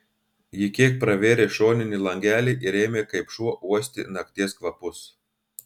ji kiek pravėrė šoninį langelį ir ėmė kaip šuo uosti nakties kvapus